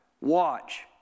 Watch